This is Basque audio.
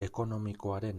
ekonomikoaren